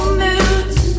moods